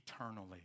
eternally